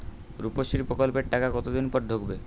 রুপশ্রী প্রকল্পের টাকা কতদিন পর ঢুকবে?